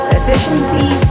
efficiency